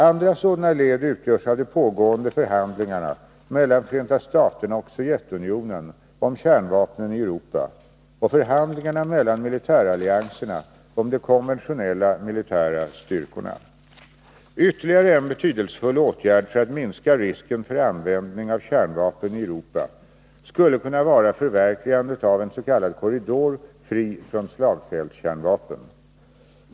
Andra sådana led utgörs av de pågående förhandlingarna mellan Förenta staterna och Sovjetunionen om kärnvapnen i Europa och förhandlingarna mellan militärallianserna om de konventionella militära styrkorna. Ytterligare en betydelsefull åtgärd för att minska risken för användning av kärnvapen i Europa skulle kunna vara förverkligandet av en s.k. korridor fri från slagfältskärnvapen.